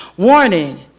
warning,